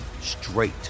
straight